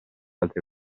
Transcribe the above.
altre